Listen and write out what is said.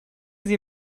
sie